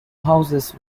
houses